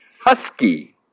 Husky